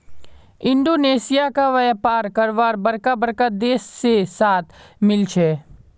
Indonesia क व्यापार करवार बरका बरका देश से साथ मिल छे